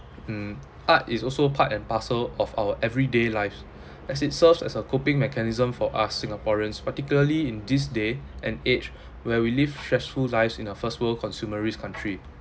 hmm art is also part and parcel of our everyday lives as it serves as a coping mechanism for us singaporeans particularly in this day and age where we live stressful lives in the first world consumerist country